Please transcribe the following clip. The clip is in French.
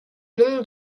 nom